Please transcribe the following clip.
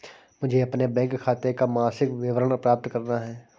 मुझे अपने बैंक खाते का मासिक विवरण प्राप्त करना है?